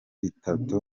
bitatu